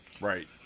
Right